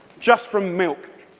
just from milk.